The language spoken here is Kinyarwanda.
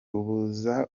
ubaza